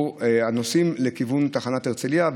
בו את ציבור הנוסעים לכיוון תחנת הרצליה.